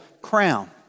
crown